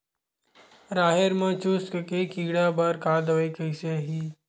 राहेर म चुस्क के कीड़ा बर का दवाई कइसे ही?